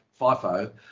FIFO